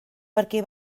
perquè